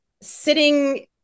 sitting